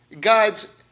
God's